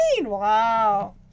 Wow